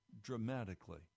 dramatically